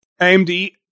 AMD